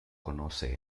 conoce